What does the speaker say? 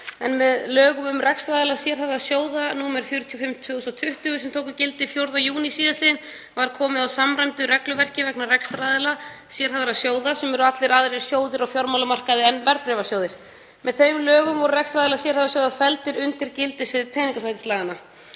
en með lögum um rekstraraðila sérhæfðra sjóða, nr. 45/2020, sem tóku gildi 4. júní síðastliðinn, var komið á samræmdu regluverki vegna rekstraraðila sérhæfðra sjóða sem eru allir aðrir sjóðir á fjármálamarkaði en verðbréfasjóðir. Með þeim lögum voru rekstraraðilar sérhæfðra sjóða felldir undir gildissvið peningaþvættislaganna.